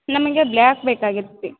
ನಮಗೆ ಬ್ಲಾಕ್ ಬೇಕಾಗಿತ್ತು ರೀ